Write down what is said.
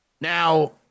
Now